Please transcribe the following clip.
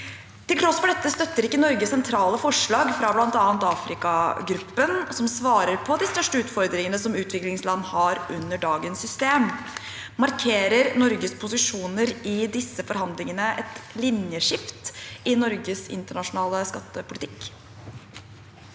Til tross for dette støtter ikke Norge sentrale forslag fra blant annet Afrikagruppen, som svarer på de største utfordringene utviklingsland har under dagens system. Markerer Norges posisjoner i disse forhandlingene et linjeskift i Norges internasjonale skattepolitikk?»